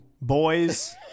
boys